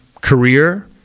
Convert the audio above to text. career